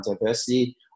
diversity